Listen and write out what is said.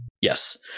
Yes